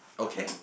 okay